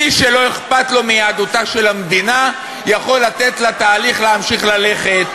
מי שלא אכפת לו מיהדותה של המדינה יכול לתת לתהליך להמשיך ללכת,